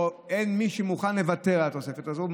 אין מי שמוכן לוותר על התוספת הזאת.